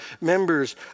members